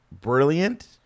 brilliant